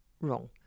wrong